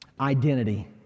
Identity